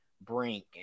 brink